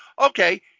okay